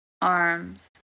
arms